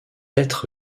être